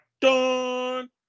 dun